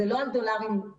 זה לא על דולרים ירוקים,